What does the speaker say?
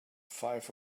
five